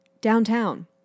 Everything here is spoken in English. downtown